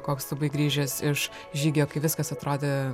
koks tu buvai grįžęs iš žygio kai viskas atrodė